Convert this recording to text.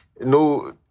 no